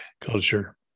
culture